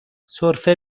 سرفه